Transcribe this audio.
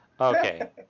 Okay